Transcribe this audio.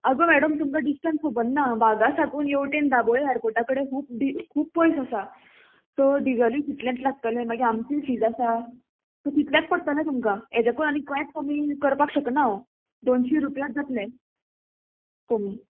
आगो मॅडम तुमकां डिस्टंस खबर ना बागा साकून येवटेन दाबोळे एअरपोर्टा कडेन खूब खूब पयस आसा सो डिजली तितलेंच लागतलें मागीर आमची फीज आसा सो तितलेंच पडटलें तुमकां हेज्याकून आमी कांयच कमी करपाक शकना हांव दोनशीं रुपयाच जातलें कोमी